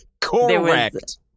Correct